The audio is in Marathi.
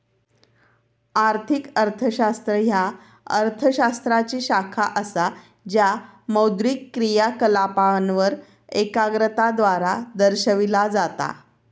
आर्थिक अर्थशास्त्र ह्या अर्थ शास्त्राची शाखा असा ज्या मौद्रिक क्रियाकलापांवर एकाग्रता द्वारा दर्शविला जाता